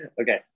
Okay